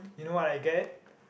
you know what I get